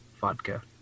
vodka